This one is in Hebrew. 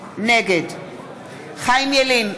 נגד חיים ילין,